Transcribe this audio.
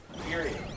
Period